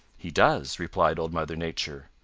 he does, replied old mother nature.